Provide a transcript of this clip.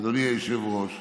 אדוני היושב-ראש,